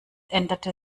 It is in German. änderte